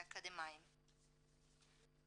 באקדמאים.